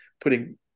putting